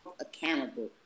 accountable